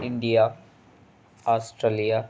India Australia